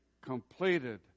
completed